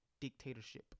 dictatorship